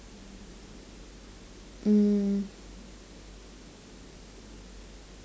mm